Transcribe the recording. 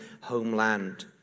homeland